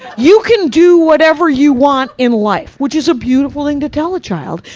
you can do whatever you want in life. which is a beautiful thing to tell a child.